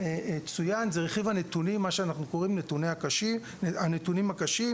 הוא מה שאנחנו קוראים לו רכיב הנתונים הקשים